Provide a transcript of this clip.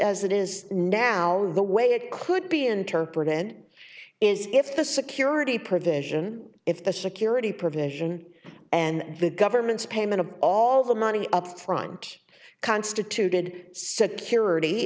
as it is narrow the way it could be interpreted and is if the security provision if the security provision and the government's payment of all the money up front constituted s